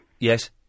Yes